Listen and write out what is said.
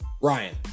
Ryan